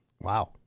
Wow